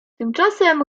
tymczasem